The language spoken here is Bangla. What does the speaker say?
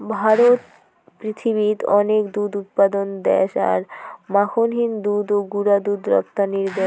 ভারত পৃথিবীত অনেক দুধ উৎপাদন দ্যাশ আর মাখনহীন দুধ ও গুঁড়া দুধ রপ্তানির দ্যাশ